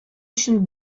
өчен